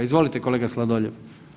Izvolite kolega Sladoljev.